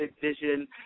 vision